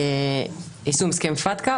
יישום הסכם פתק"א,